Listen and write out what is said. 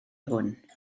hwn